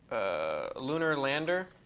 ah lunar lander?